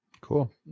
Cool